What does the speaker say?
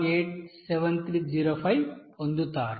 7187305 పొందుతారు